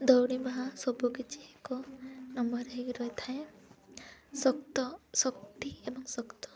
ଦୌଡ଼ିବା ସବୁକିଛି ଏକ ନମ୍ବର୍ ହୋଇକି ରହିଥାଏ ଶକ୍ତ ଶକ୍ତି ଏବଂ ଶକ୍ତ